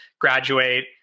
graduate